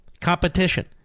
competition